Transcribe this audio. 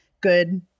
good